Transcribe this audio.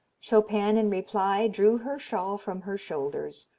chopin, in reply, drew her shawl from her shoulders,